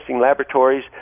laboratories